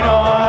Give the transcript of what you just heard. on